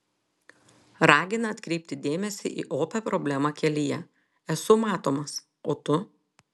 ragina atkreipti dėmesį į opią problemą kelyje esu matomas o tu